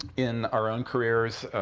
in our own careers,